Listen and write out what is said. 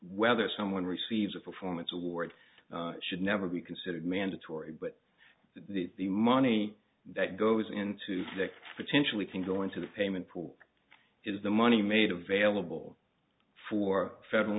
whether someone receives a performance award should never be considered mandatory but the money that goes into that potentially can go into the payment pool is the money made available for federal